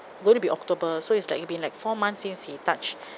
going to be october so it's like it's been like four months since he touched